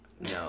No